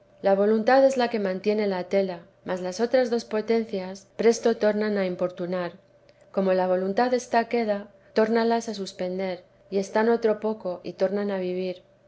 la voluntad es la que mantiene la tela mas las otras dos potencias presto teresa de tornan a importunar como la voluntad está queda tórnalas a suspender y están otro poco y tornan a vivir